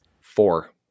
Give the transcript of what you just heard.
Four